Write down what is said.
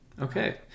Okay